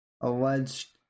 alleged